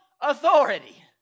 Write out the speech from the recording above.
authority